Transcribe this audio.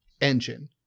engine